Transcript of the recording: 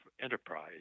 Enterprise